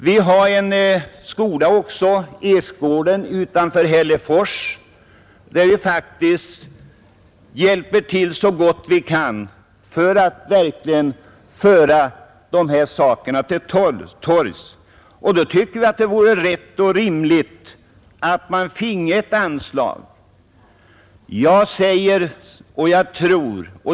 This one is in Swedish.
Vi har också en skola — Karl-Ersgården utanför Hällefors — där vi faktiskt hjälper till så gott vi kan för att verkligen föra dessa angelägenheter till torgs, och då tycker vi att det vore rimligt att vi finge ett anslag.